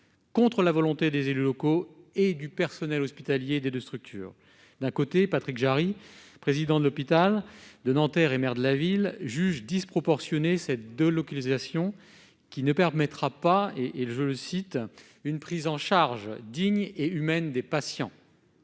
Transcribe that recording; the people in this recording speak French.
contre la volonté des élus locaux et du personnel hospitalier des 2 structures, d'un côté, Patrick Jarry, président de l'hôpital de Nanterre et maire de la ville, juge disproportionnée cette délocalisation qui ne permettra pas, et, et, je le cite, une prise en charge digne et humaine des patients.